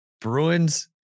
Bruins